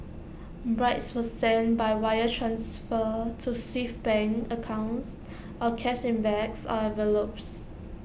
bribes were sent by wire transfer to Swiss bank accounts or cash in bags or envelopes